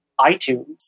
iTunes